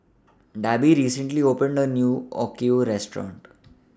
Debby recently opened A New Okayu Restaurant